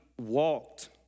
walked